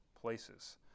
places